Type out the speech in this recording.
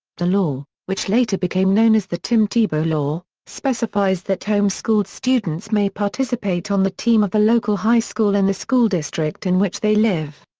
the law, which later became known as the tim tebow law, specifies that home-schooled students may participate on the team of the local high school in the school district in which they live.